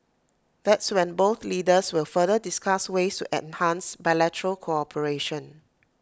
that's when both leaders will further discuss ways to enhance bilateral cooperation